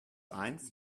eins